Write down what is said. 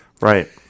Right